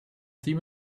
seem